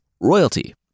royalty